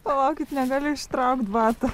palaukit negaliu ištraukt bato